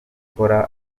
gukora